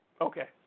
Okay